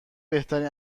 بهترین